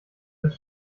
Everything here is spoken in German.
das